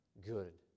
good